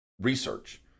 research